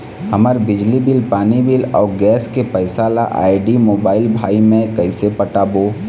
हमर बिजली बिल, पानी बिल, अऊ गैस के पैसा ला आईडी, मोबाइल, भाई मे कइसे पटाबो?